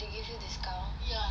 they give you discount